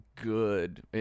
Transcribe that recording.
good